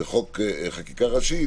זו חקיקה ראשית